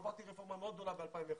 עברתי רפורמה מאוד גדולה ב-2005,